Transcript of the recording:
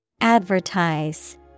Advertise